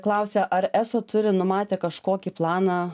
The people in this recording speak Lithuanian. klausia ar eso turi numatę kažkokį planą